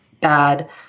bad